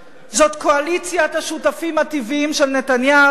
זאת קואליציית השותפים הטבעיים של נתניהו.